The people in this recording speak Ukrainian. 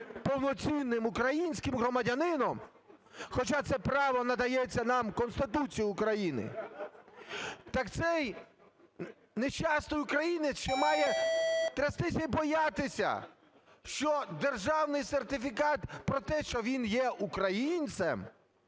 повноцінним українським громадянином, хоча це право надається нам Конституцією України, так цей нещасний українець ще має трястись і боятися, що державний сертифікат про те, що він є українцем,